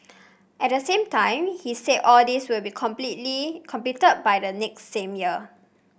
at the same time he said all these would be completely completed by the next same year